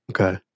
Okay